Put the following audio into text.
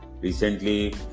Recently